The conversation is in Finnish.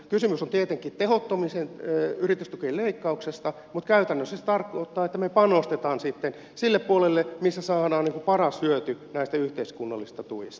kysymys on tietenkin tehottomien yritystukien leikkauksesta mutta käytännössä se tarkoittaa että me panostamme sitten sille puolelle missä saadaan paras hyöty näistä yhteiskunnallisista tuista